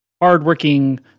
hardworking